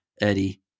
Eddie